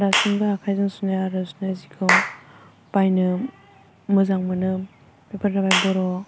दासिमबो आखायजों सुनाय आरो सुनाय जिखौ बायनो मोजां मोनो बेफोर जाबाय बर'